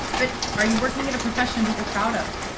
but are you working in a profession that you're proud of?